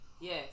yes